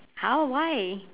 how why